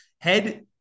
Head